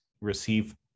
receive